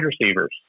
receivers